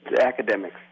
Academics